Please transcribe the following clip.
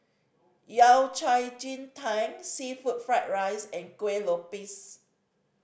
Yao Cai ji tang seafood fried rice and Kuih Lopes